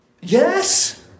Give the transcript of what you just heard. Yes